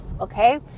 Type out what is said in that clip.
Okay